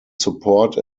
support